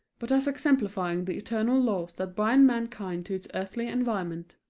but as exemplifying the eternal laws that bind mankind to its earthly environment.